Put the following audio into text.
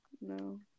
No